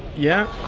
yeah!